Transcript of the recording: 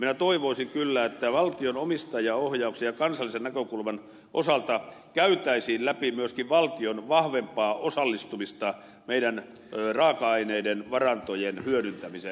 minä toivoisin kyllä että valtion omistajaohjauksen ja kansallisen näkökulman osalta käytäisiin läpi myöskin valtion vahvempaa osallistumista meidän raaka aineiden varantojemme hyödyntämiseen jatkossa